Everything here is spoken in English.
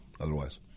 otherwise